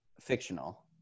fictional